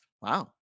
Wow